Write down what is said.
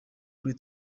kuri